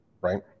right